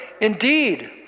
Indeed